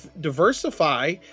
diversify